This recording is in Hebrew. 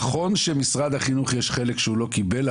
נכון שמשרד החינוך יש חלק שהוא לא קיבל,